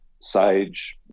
Sage